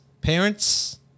parents